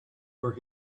where